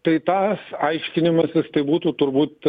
tai tas aiškinimasis tai būtų turbūt